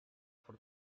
for